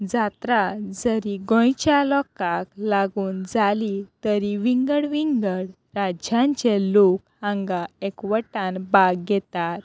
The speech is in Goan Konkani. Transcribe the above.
जात्रा जरी गोंयच्या लोकांक लागून जाली तरी विंगड विंगड राज्यांचे लोक हांगा एकवटान भाग घेतात